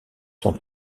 sont